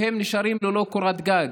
והם נשארים ללא קורת גג,